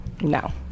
No